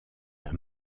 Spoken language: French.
d’un